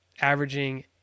averaging